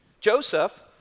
Joseph